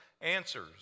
answers